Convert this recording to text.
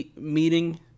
meeting